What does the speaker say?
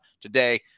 today